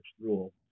rule